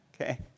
okay